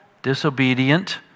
disobedient